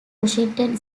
washington